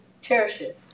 cherishes